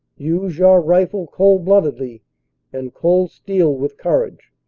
use your rifle cold bloodedly and cold steel with courage.